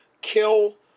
kill